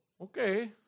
Okay